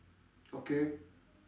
okay